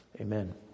Amen